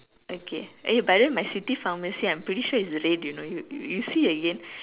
okay eh but then my city pharmacy I'm pretty sure it's red you know you you see again